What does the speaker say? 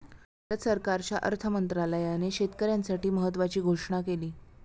भारत सरकारच्या अर्थ मंत्रालयाने शेतकऱ्यांसाठी महत्त्वाची घोषणा केली